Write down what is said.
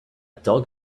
dog